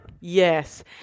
Yes